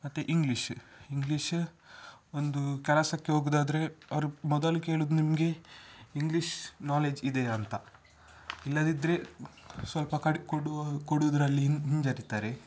ಮತ್ತು English English ಒಂದು ಕೆಲಸಕ್ಕೆ ಹೋಗುವುದಾದ್ರೆ ಅವರು ಮೊದಲು ಕೇಳುದು ನಿಮಗೆ ಇಂಗ್ಲೀಷ್ ನಾಲೆಜ್ ಇದೆಯಾ ಅಂತ ಇಲ್ಲದಿದ್ದರೆ ಸ್ವಲ್ಪ ಕಡೆ ಕೊಡುವ ಕೊಡುವುದ್ರಲ್ಲಿ ಹಿನ್ ಹಿಂಜರೀತಾರೆ